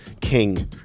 King